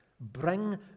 Bring